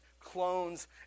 clones